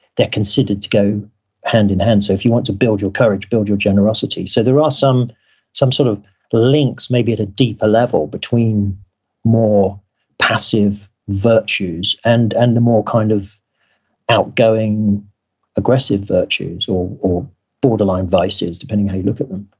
they're considered to go hand-in-hand. so, if you want to build your courage, build your generosity. so, there ah are some sort of links maybe at a deeper level, between more passive virtues and and the more kind of out-going aggressive virtues, or or borderline vices, depending on how you look at them.